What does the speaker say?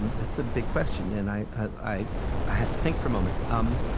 and that's a big question, and i i have to think for a moment. um